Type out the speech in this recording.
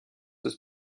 ist